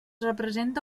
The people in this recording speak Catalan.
representa